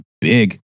big